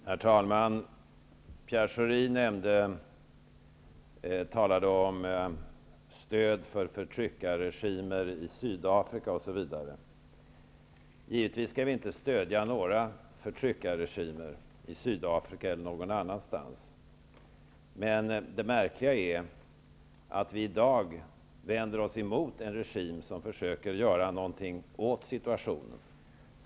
Herr talman! Pierre Schori talade om stöd för förtryckarregimer i Sydafrika osv. Givetvis skall vi inte stödja några förtryckarregimer i Sydafrika eller någon annanstans, men det märkliga är att vi i dag vänder oss emot en regim som försöker göra någonting åt situationen.